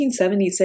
1976